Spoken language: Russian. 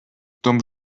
том